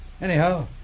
Anyhow